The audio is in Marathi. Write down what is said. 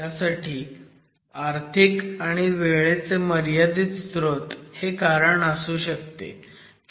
त्यासाठी आर्थिक आणि वेळेचे मर्यादित स्रोत हे कारण असू शकते